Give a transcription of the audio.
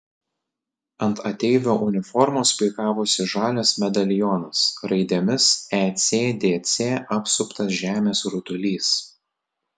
ant ateivio uniformos puikavosi žalias medalionas raidėmis ecdc apsuptas žemės rutulys